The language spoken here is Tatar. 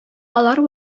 алар